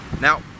now